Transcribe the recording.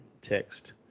text